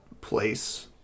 place